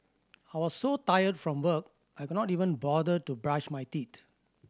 I was so tired from work I could not even bother to brush my teeth